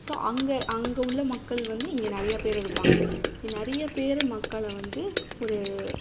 so அங்கே அங்கே உள்ள மக்கள் வந்து இங்கே நிறைய பேர் இருப்பாங்க இங்கே நிறைய பேர் மக்களை வந்து ஒரு